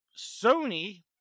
Sony